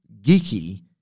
geeky